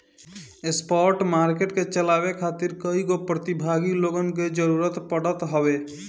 spot market के चलावे खातिर कईगो प्रतिभागी लोगन के जरूतर पड़त हवे